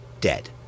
dead